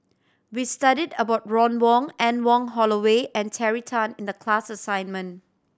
we studied about Ron Wong Anne Wong Holloway and Terry Tan in the class assignment